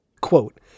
Quote